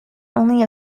only